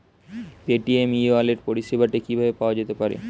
Paytm e wallet পরিষেবাটি কিভাবে পাওয়া যেতে পারে?